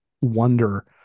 wonder